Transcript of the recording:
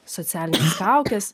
socialinės kaukės